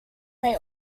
may